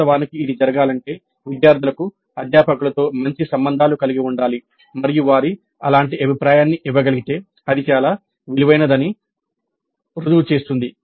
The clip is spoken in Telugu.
వాస్తవానికి ఇది జరగాలంటే విద్యార్థులకు అధ్యాపకులతో మంచి సంబంధాలు ఉండాలి మరియు వారు అలాంటి అభిప్రాయాన్ని ఇవ్వగలిగితే అది చాలా విలువైనదని రుజువు చేస్తుంది